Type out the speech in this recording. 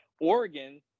Oregon